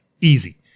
Easy